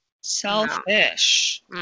Selfish